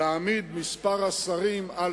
להעמיד את מספר השרים על